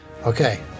Okay